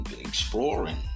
exploring